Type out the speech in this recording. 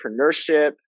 entrepreneurship